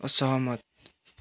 असहमत